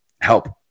Help